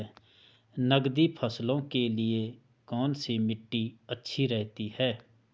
नकदी फसलों के लिए कौन सी मिट्टी अच्छी रहती है?